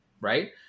right